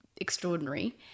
extraordinary